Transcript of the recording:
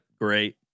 great